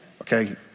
Okay